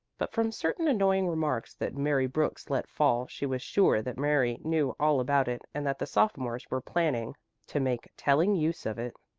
but from certain annoying remarks that mary brooks let fall she was sure that mary knew all about it and that the sophomores were planning to make telling use of it.